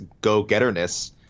go-getterness